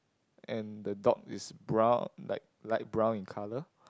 and the dog is brown like light brown in colour